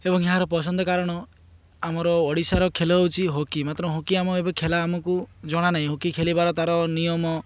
ଏବଂ ଏହାର ପସନ୍ଦ କାରଣ ଆମର ଓଡ଼ିଶାର ଖେଳ ହେଉଛି ହକି ମାତ୍ର ହକି ଆମ ଏବେ ଖେଳ ଆମକୁ ଜଣା ନାହିଁ ହକି ଖେଳିବାର ତାର ନିୟମ